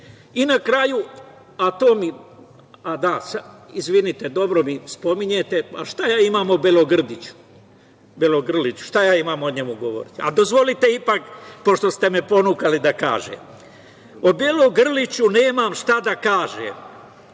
naše dece. Izvinite, dobro mi spominjete, a šta ja imam o Bjelogrliću, šta ja imam o njemu govoriti? Dozvolite ipak, pošto ste me ponukali da kažem. O Bjelogrliću nemam šta da kažem,